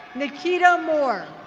nikita moore.